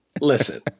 listen